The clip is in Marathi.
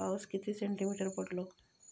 पाऊस किती सेंटीमीटर पडलो?